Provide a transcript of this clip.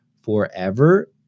forever